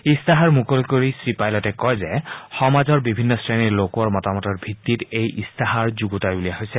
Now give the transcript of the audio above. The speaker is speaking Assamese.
ইস্তাহাৰ মুকলি কৰি শ্ৰীপাইলটে কয় যে সমাজৰ বিভিন্ন শ্ৰেণীৰ লোকৰ মতামতৰ ভিভিত এই ইস্তাহাৰ যুণ্ডতাই উলিওৱা হৈছে